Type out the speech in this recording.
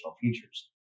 features